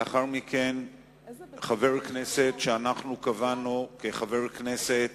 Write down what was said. לאחר מכן חבר כנסת שאנחנו קבענו, כחבר כנסת